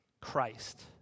Christ